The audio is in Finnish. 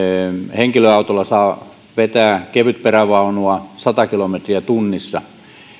henkilöautolla saa vetää kevytperävaunua sata kilometriä tunnissa